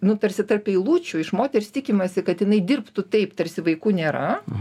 nu tarsi tarp eilučių iš moters tikimasi kad jinai dirbtų taip tarsi vaikų nėra